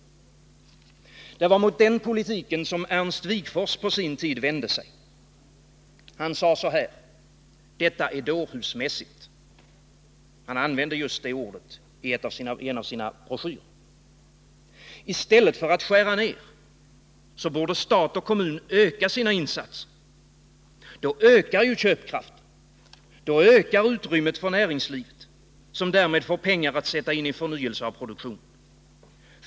Det var mot den politiken som Ernst Wigforss på sin tid vände sig. Han sade: Detta är dårhusmässigt. Han använde just det ordet i en av sina broschyrer. I stället för att skära ner, borde stat och kommun öka sina insatser. Då ökar köpkraften. Då ökar utrymmet för näringslivet, som därmed får pengar att sätta in i förnyelse av produktionen.